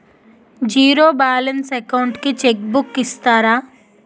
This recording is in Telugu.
జీరో బాలన్స్ అకౌంట్ కి చెక్ బుక్ ఇస్తారా?